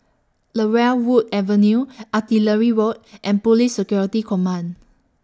Laurel Wood Avenue Artillery Road and Police Security Command